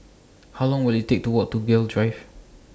How Long Will IT Take to Walk to Gul Drive